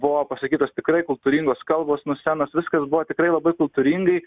buvo pasakytos tikrai kultūringos kalbos nuo scenos viskas buvo tikrai labai kultūringai